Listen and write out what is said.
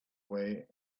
way